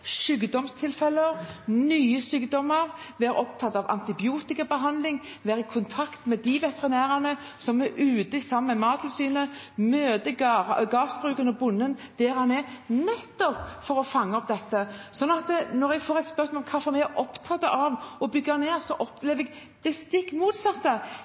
sykdomstilfeller, nye sykdommer, være opptatt av antibiotikabehandling, være i kontakt med de veterinærene som er ute sammen med Mattilsynet, møte gårdbrukeren, bonden der han er – nettopp for å fange opp dette. Når jeg får spørsmål om hvorfor vi er opptatt av å bygge ned,